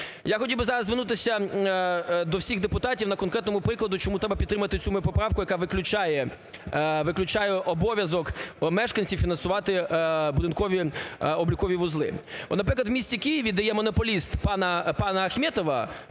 Я хотів би зараз звернутися до всіх депутатів на конкретному прикладі, чому треба підтримати цю мою поправку, яка виключає обов'язок мешканців фінансувати будинкові облікові вузли. От, наприклад, у місті Києві, де є монополіст пана Ахметова,